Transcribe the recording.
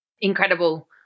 incredible